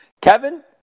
Kevin